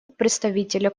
представителя